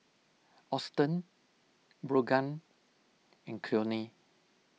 Austen Brogan and Cleone